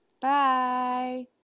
Bye